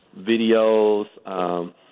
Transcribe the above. videos